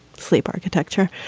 sleep, architecture.